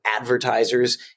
advertisers